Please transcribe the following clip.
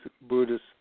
Buddhist